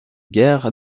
guerre